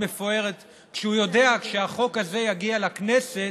מפוארת כשהוא יודע שכשהחוק הזה יגיע לכנסת,